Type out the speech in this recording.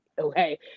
Okay